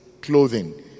clothing